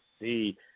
see –